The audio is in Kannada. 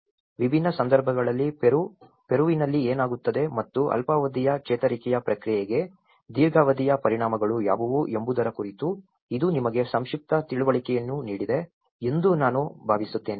ವಿಭಿನ್ನ ಸಂದರ್ಭಗಳಲ್ಲಿ ಪೆರುವಿನಲ್ಲಿ ಏನಾಗುತ್ತದೆ ಮತ್ತು ಅಲ್ಪಾವಧಿಯ ಚೇತರಿಕೆಯ ಪ್ರಕ್ರಿಯೆಗೆ ದೀರ್ಘಾವಧಿಯ ಪರಿಣಾಮಗಳು ಯಾವುವು ಎಂಬುದರ ಕುರಿತು ಇದು ನಿಮಗೆ ಸಂಕ್ಷಿಪ್ತ ತಿಳುವಳಿಕೆಯನ್ನು ನೀಡಿದೆ ಎಂದು ನಾನು ಭಾವಿಸುತ್ತೇನೆ